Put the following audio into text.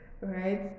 right